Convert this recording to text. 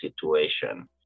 situation